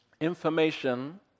Information